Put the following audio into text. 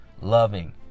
loving